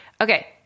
Okay